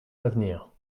d’avenir